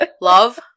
Love